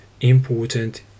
important